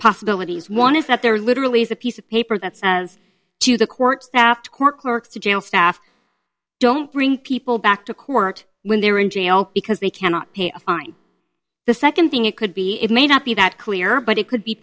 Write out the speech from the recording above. possibilities one is that there are literally is a piece of paper that says to the court after court clerk to jail staff don't bring people back to court when they're in jail because they cannot pay a fine the second thing it could be it may not be that clear but it could be